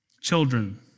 children